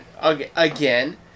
Again